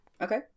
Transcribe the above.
Okay